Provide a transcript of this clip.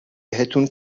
بهتون